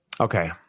Okay